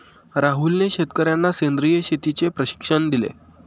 राहुलने शेतकर्यांना सेंद्रिय शेतीचे प्रशिक्षण दिले